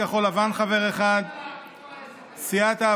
סיעת כחול לבן, חבר אחד, על כל העסק הזה.